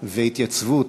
והתייצבות